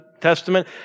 Testament